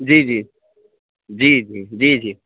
جی جی جی جی جی جی